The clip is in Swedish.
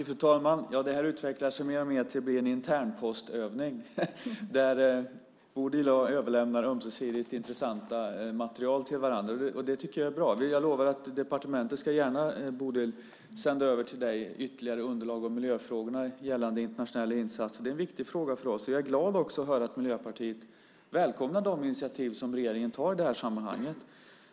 Fru talman! Det här utvecklar sig mer och mer till att bli en internpostövning där Bodil och jag överlämnar ömsesidigt intressant material till varandra. Det är bra. Jag lovar att departementet gärna ska sända över ytterligare underlag till Bodil om gällande miljöfrågor i internationella insatser. Det är en viktig fråga för oss. Jag är glad att Miljöpartiet välkomnar de initiativ som regeringen tar i sammanhanget.